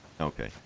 Okay